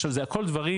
עכשיו זה הכל דברים